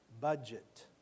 budget